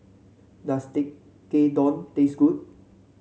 does Tekkadon taste good